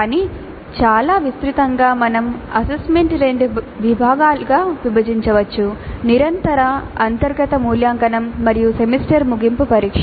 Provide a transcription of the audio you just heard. కానీ చాలా విస్తృతంగా మనం అసెస్మెంట్ను రెండు భాగాలుగా విభజించవచ్చు నిరంతర అంతర్గత మూల్యాంకనం మరియు సెమిస్టర్ ముగింపు పరీక్ష